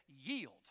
yield